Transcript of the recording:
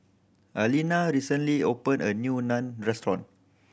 Aleena recently opened a new Naan Restaurant